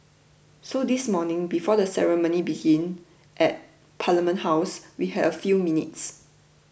so this morning before the ceremony began at Parliament House we had a few minutes